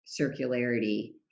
circularity